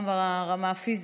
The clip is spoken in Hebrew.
גם ברמה הפיזית,